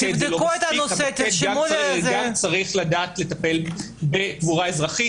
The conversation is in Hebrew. המוקד צריך לדעת לטפל בקבורה אזרחית